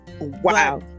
Wow